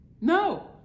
No